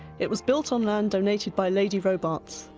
it was built on land donated by lady robartes,